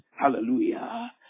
Hallelujah